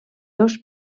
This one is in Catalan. dos